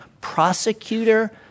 prosecutor